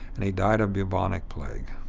and he died of bubonic plague.